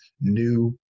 new